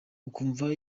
ukumva